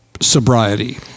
sobriety